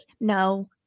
No